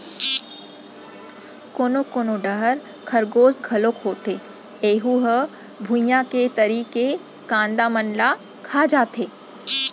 कोनो कोनो डहर खरगोस घलोक होथे ऐहूँ ह भुइंया के तरी के कांदा मन ल खा जाथे